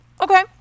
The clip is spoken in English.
Okay